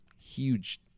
Huge